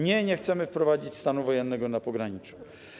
Nie, nie chcemy wprowadzić stanu wojennego na pograniczu.